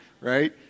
right